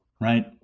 right